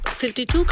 52